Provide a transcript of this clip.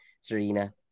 Serena